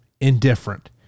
indifferent